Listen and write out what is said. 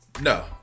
No